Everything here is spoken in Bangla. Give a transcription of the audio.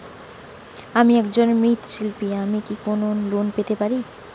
আমি একজন মৃৎ শিল্পী আমি কি কোন লোন পেতে পারি?